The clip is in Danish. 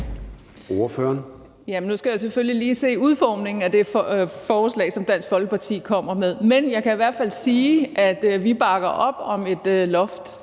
Nu skal jeg selvfølgelig lige se udformningen af det forslag, som Dansk Folkeparti kommer med. Men jeg kan i hvert fald sige, at vi bakker op om et loft